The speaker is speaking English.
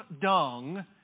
dung